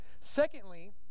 Secondly